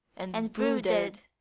and brooded,